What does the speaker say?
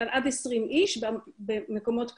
קבצה של עד 20 אנשים במקומות פתוחים,